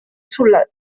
sulla